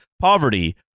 poverty